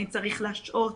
האם צריך להשהות,